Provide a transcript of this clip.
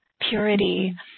purity